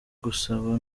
gusaba